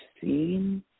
seen